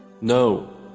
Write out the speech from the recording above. No